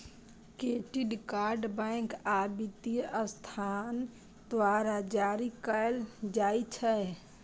credit card bank आ वित्तीय संस्थान द्वारा जारी कैल जाइ छै